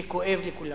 שכואב לכולם.